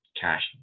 cash